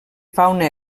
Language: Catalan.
fauna